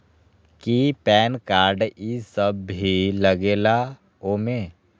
कि PAN card इ सब भी लगेगा वो में?